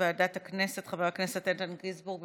ועדת הכנסת חבר הכנסת איתן גינזבורג.